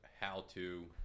how-to